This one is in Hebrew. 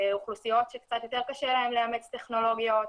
ואוכלוסיות שקצת יותר קשה להן לאמץ טכנולוגיות.